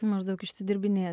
maždaug išsidirbinėja